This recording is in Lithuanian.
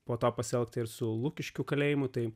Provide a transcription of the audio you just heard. po to pasielgti ir su lukiškių kalėjimu tai